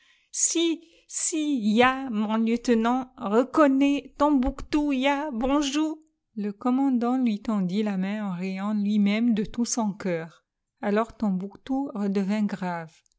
si si ya mon lieutenant reconné tombouctou ya bonjou le commandant lui tendit la main en riant lui-même de tout son cœur alors tombouctou redevint grave